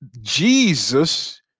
Jesus